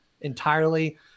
entirely